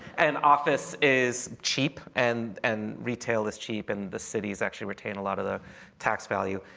and office is cheap and and retail is cheap. and the cities actually retain a lot of the tax value.